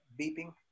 beeping